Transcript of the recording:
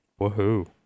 Woohoo